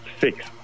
Six